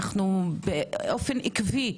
באופן עקבי,